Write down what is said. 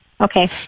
Okay